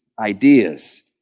ideas